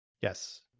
Yes